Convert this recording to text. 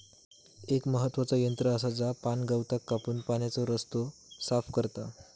एक महत्त्वाचा यंत्र आसा जा पाणगवताक कापून पाण्याचो रस्तो साफ करता